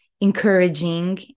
encouraging